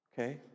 Okay